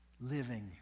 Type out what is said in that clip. Living